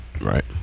Right